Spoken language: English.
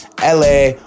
LA